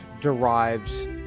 derives